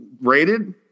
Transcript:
rated